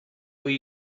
will